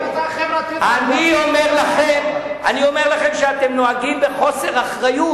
אני אומר לכם שאתם נוהגים בחוסר אחריות.